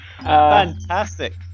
Fantastic